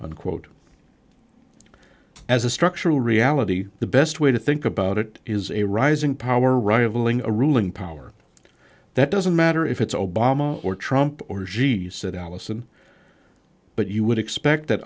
unquote as a structural reality the best way to think about it is a rising power rivaling a ruling power that doesn't matter if it's obama or trump or g s said allison but you would expect that